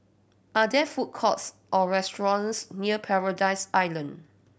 are there food courts or restaurants near Paradise Island